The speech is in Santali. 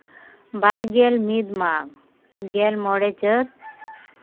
ᱵᱟᱨ ᱜᱮᱞ ᱢᱤᱫ ᱢᱟᱜᱽ ᱜᱮᱞ ᱢᱚᱬᱮ ᱪᱟᱹᱛ